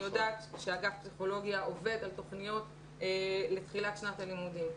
אני יודעת שאגף הפסיכולוגיה עובד על תכניות לתחילת שנת הלימודים.